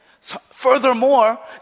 Furthermore